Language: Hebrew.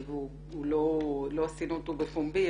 לא עשינו אותו בפומבי.